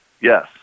Yes